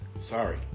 Sorry